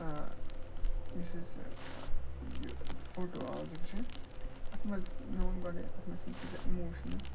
یُس اَسہِ یہِ فوٹو آزٕک چھِ اَتھ منٛز مےٚ ووٚن گۄڈَے اَتھ منٛز چھِنہٕ تیٖژاہ اِموشنٕز